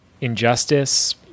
injustice